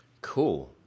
Cool